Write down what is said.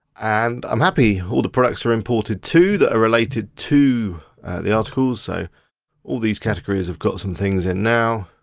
and i'm happy. all the products are imported, too that are related to the articles, so all these categories have got some things in now.